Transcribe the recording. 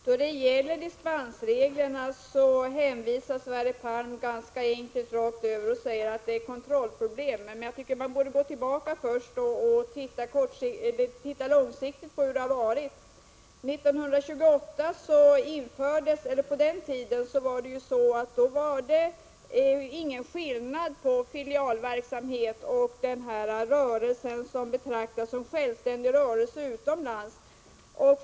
Fru talman! Beträffande dipensreglerna hänvisar Sverre Palm på ett ganska enkelt sätt till kontrollproblem. Jag tycker att man borde gå tillbaka i tiden och se hur det har varit tidigare. Omkring 1928 var det ingen skillnad på filialverksamhet och den rörelse som betraktas som självständig rörelse utomlands.